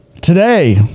Today